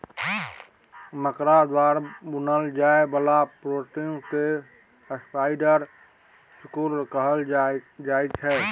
मकरा द्वारा बुनल जाइ बला प्रोटीन केँ स्पाइडर सिल्क कहल जाइ छै